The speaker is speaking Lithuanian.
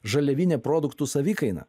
žaliavinė produktų savikaina